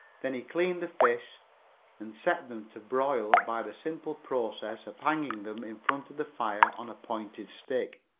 then he cleaned the fish and set them to broil by the simple process of hanging them in front of the fire on a pointed stick,